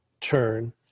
turn